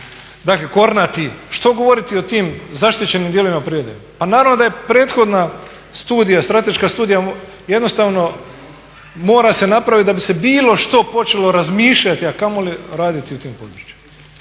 Dakle, Kornati. Što govoriti o tim zaštićenim dijelovima prirode. Pa naravno da je prethodna studija, strateška studija jednostavno mora se napraviti da bi se bilo što počelo razmišljati a kamoli raditi u tim područjima.